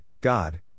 God